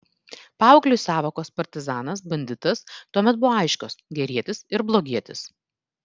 paaugliui sąvokos partizanas banditas tuomet buvo aiškios gerietis ir blogietis